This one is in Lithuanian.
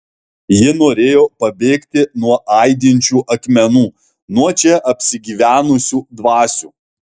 ji norėjo pabėgti nuo aidinčių akmenų nuo čia apsigyvenusių dvasių